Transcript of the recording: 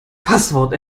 passwort